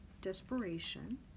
Desperation